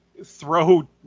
throw